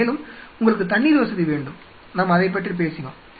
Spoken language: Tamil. மேலும் உங்களுக்கு தண்ணீர் வசதி இருக்க வேண்டும் நாம் அதைப் பற்றி பேசினோம்